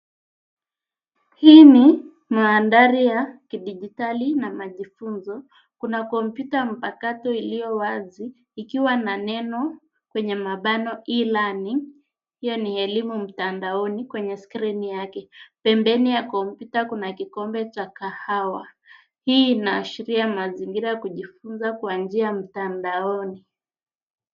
Hii ni mandhari ya kidijitali na majifunzo. Kuna kompyuta mpakato iliyo wazi ikiwa na neno kwenye mabano e-learning , hiyo ni elimu mtandaoni kwenye skrini yake. Pembeni ya kompyuta kuna kikombe cha kahawa. Hii inaashiria mazingira ya kujifunza kwa njia ya mtandaoni.